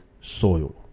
soil